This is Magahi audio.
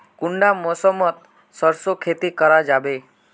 कुंडा मौसम मोत सरसों खेती करा जाबे?